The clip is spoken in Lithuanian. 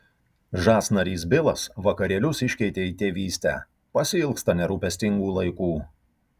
žas narys bilas vakarėlius iškeitė į tėvystę pasiilgsta nerūpestingų laikų